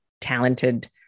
talented